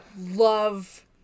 love